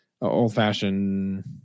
old-fashioned